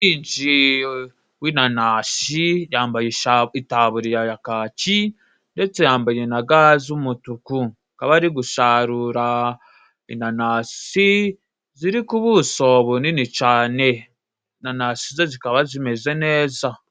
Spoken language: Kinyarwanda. Umuhinzi w'inanasi yambaye itaburira ya kaki ndetse yambaye na ga z'umutuku. Akaba ari gusaarura inanasi ziri ku buso bunini cane. Inanasi ze zikaba zimeze neza.